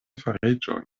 fariĝojn